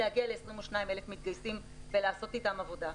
להגיע ל-22,000 מתגייסים ולעשות איתם עבודה,